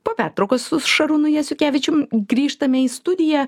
po pertraukos su šarūnu jasiukevičium grįžtame į studiją